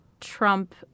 Trump